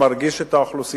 אבל אני מרגיש את האוכלוסייה,